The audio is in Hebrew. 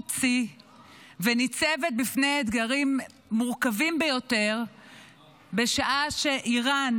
שיא וניצבת בפני אתגרים מורכבים ביותר בשעה שאיראן